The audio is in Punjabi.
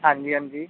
ਹਾਂਜੀ ਹਾਂਜੀ